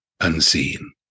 unseen